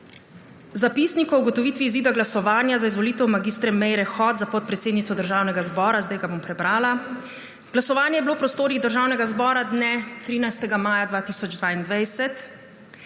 Zapisnik o ugotovitvi izida glasovanja za izvolitev mag. Meire Hot za podpredsednico Državnega zbora. Zdaj ga bom prebrala. Glasovanje je bilo v prostorih Državnega zbora dne 13. maja 2022.